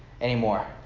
anymore